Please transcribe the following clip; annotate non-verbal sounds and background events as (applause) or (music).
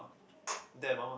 (noise) dad and mum ah